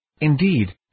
Indeed